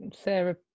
Sarah